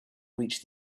reach